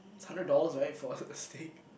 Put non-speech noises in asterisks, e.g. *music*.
it's a hundred dollars right for *breath* a a steak